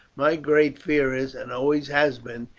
my great fear is, and always has been,